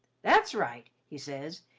that's right he ses,